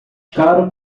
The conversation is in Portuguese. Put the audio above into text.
caro